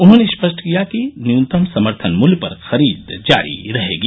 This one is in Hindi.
उन्होंने स्पष्ट किया कि न्यूनतम समर्थन मूल्य पर खरीद जारी रहेगी